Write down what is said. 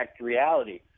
reality